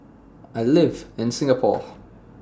I live in Singapore